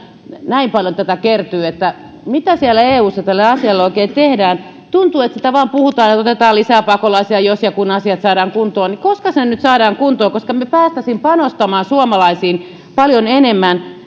näin paljon tätä kertyy mitä siellä eussa tälle asialle oikein tehdään tuntuu että vain puhutaan että otetaan lisää pakolaisia jos ja kun asiat saadaan kuntoon koska ne nyt saadaan kuntoon jolloin me pääsisimme panostamaan suomalaisiin paljon enemmän